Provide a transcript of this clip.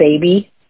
baby